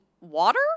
Water